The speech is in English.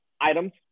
items